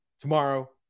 Tomorrow